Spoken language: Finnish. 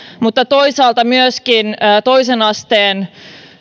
mutta toisaalta myöskin toisen asteen